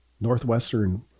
Northwestern